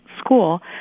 school